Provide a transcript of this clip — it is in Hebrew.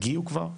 הגיעו כבר,